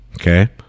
okay